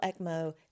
ECMO